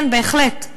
כן, בהחלט.